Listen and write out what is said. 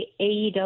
AEW